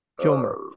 Kilmer